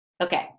Okay